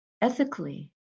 ethically